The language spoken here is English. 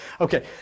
Okay